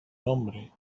nombre